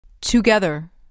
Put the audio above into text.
Together